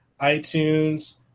iTunes